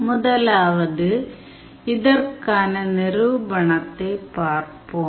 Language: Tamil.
முதலாவது இதற்கான நிரூபணத்தைப் பார்ப்போம்